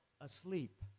asleep